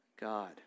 God